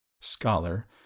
scholar